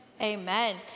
Amen